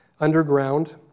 underground